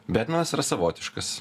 betmenas yra savotiškas